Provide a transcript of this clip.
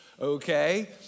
okay